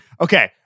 okay